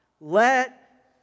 let